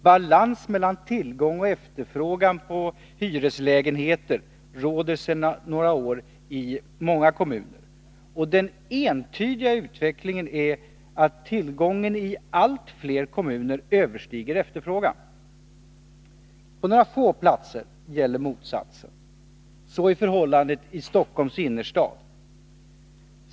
Balans mellan tillgång och efterfrågan på hyreslägenheter råder sedan några år i många kommuner, och den entydiga utvecklingen är att tillgången i allt fler kommuner överstiger efterfrågan. På några få platser gäller motsatsen. Så är förhållandet i Stockholms innerstad.